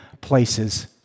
places